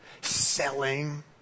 Selling